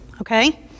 okay